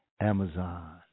Amazon